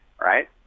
right